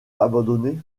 abandonné